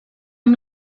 amb